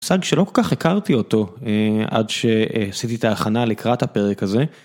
מושג שלא כל כך הכרתי אותו עד שעשיתי את ההכנה לקראת הפרק הזה.